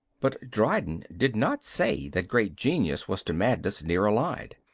but dryden did not say that great genius was to madness near allied.